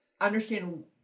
understand